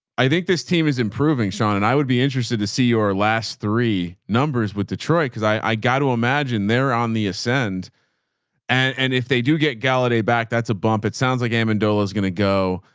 i think this team is improving sean and i would be interested to see your last three numbers with detroit. cause i got to imagine they're on the ascend and if they do get galladay back, that's a bump. it sounds like ammon dola is going to go.